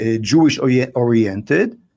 Jewish-oriented